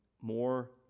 more